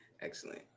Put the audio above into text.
excellent